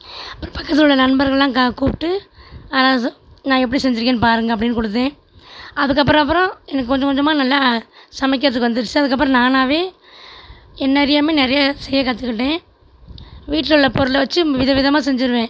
அப்புறம் பக்கத்தில் உள்ள நண்பர்களெலாம் கூப்பிட்டு அதை நான் எப்படி செஞ்சுருக்கேன்னு பாருங்கள் அப்படின்னு கொடுத்தேன் அதுக்கப்பறம்புறம் எனக்கு கொஞ்சம் கொஞ்சமாக நல்லா சமைக்கிறதுக்கு வந்துடுச்சு அதுக்குப்புறம் நானாகவே என்ன அறியாமல் நிறைய செய்ய கற்றுக்கிட்டேன் வீட்டில் உள்ள பொருளை வச்சு விதவிதமாக செஞ்சுடுவேன்